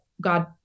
God